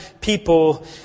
people